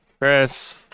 Chris